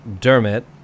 Dermot